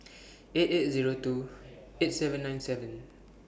eight eight Zero two eight seven nine seven